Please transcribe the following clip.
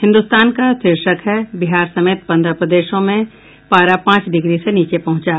हिन्दुस्तान का शीर्षक है बिहार समेत पन्द्रह प्रदेशों में पारा पांच डिग्री से नीचे पहुंचा